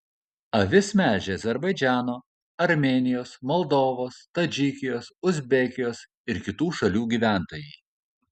avis melžia azerbaidžano armėnijos moldovos tadžikijos uzbekijos ir kitų šalių gyventojai